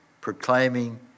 proclaiming